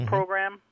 Program